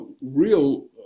real